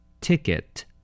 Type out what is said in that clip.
Ticket